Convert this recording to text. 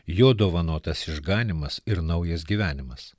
jo dovanotas išganymas ir naujas gyvenimas